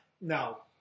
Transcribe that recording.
no